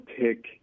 pick